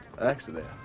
Accident